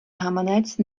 гаманець